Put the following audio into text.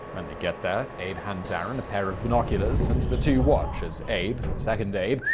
when they get there, abe hands aaron a pair of binoculars, and the two watch as abe a second abe,